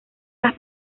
las